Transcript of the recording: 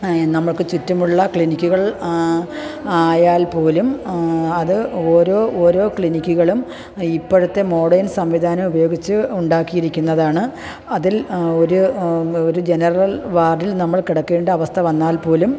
നമുക്ക് ചുറ്റുമുള്ള ക്ലിനിക്കുകൾ ആയാൽ പോലും അത് ഓരോ ഓരോ ക്ലിനിക്ക്കളും ഇപ്പോഴത്തെ മോഡേൺ സംവിധാനം ഉപയോഗിച്ച് ഉണ്ടാക്കിയിരിക്കുന്നതാണ് അതിൽ ഒരു ഒരു ജെനെറൽ വാർഡിൽ നമ്മൾ കിടക്കേണ്ട അവസ്ഥ വന്നാൽ പോലും